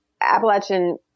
Appalachian